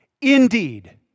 Indeed